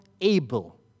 able